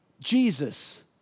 Jesus